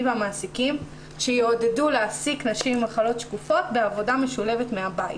והמעסיקים שיעודדו להעסיק נשים עם מחלות שקופות בעבודה משולבת מהבית,